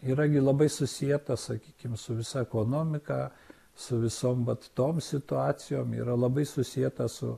yra gi labai susieta sakykim su visa ekonomika su visom vat tom situacijom yra labai susieta su